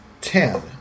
ten